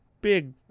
big